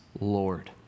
Lord